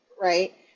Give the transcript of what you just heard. right